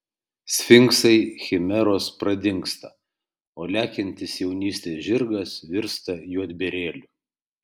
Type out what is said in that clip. sfinksai chimeros pradingsta o lekiantis jaunystės žirgas virsta juodbėrėliu